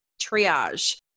triage